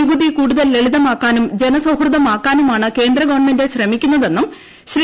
നികുതി കൂടുതൽ ലളിതമാക്കാനും ജനസൌഹൃദമാക്കാനുമാണ് കേന്ദ്രഗവൺമെന്റ് ശ്രമിക്കുന്നതെന്നും ശ്രീ